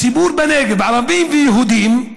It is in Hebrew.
הציבור בנגב, ערבים ויהודים,